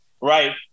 right